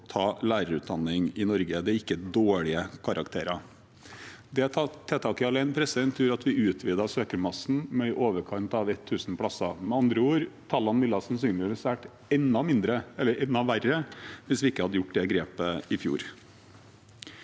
å ta lærerutdanning i Norge. Det er ikke dårlige karakterer. Det tiltaket alene gjorde at vi utvidet søkermassen med i overkant av 1 000. Med andre ord: Tallene ville sannsynligvis vært enda verre hvis vi ikke hadde gjort det grepet i fjor.